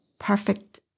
Perfect